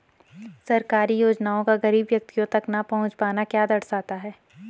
सरकारी योजनाओं का गरीब व्यक्तियों तक न पहुँच पाना क्या दर्शाता है?